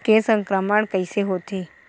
के संक्रमण कइसे होथे?